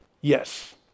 Yes